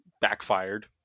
backfired